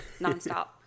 nonstop